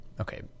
Okay